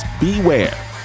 beware